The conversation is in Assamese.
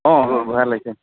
অ' অ' ভাল হৈছে